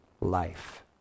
life